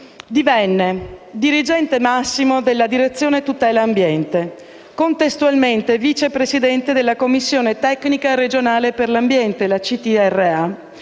2014: dirigente apicale della direzione tutela ambiente, contestualmente vice presidente della commissione tecnica regionale per l'ambiente (CTRA),